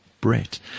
Brett